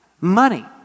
money